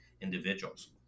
individuals